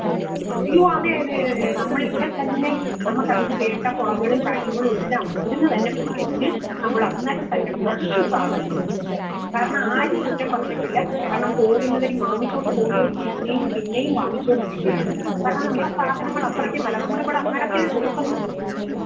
അയ്യോ അതേയതേയതേ നമ്മളിവിടെത്തന്നെ നമുക്ക് അതിനു വേണ്ട കുളങ്ങളും കാര്യങ്ങളുമെല്ലാമുണ്ട് ഇവിടെ നിന്നു തന്നെ പിടിച്ച് നമ്മളന്നേരം തന്നെ ഫ്രഷ് സാധനമാണ് ഇവിടുത്തെ കാരണം ആരും കുറ്റം പറഞ്ഞിട്ടില്ല കാരണം പോകുന്നവർ വാങ്ങിച്ചു കൊണ്ടു പോകുന്നവർ പിന്നെയും പിന്നെയും വാങ്ങിച്ചു കൊണ്ടിരിക്കുകയാണ് കാരണം നമ്മുടെ സാധനങ്ങളത്രയ്ക്ക് നല്ലതാണ് നമ്മളിവിടെ അങ്ങനത്തെയെ കൊടുക്കത്തുള്ളു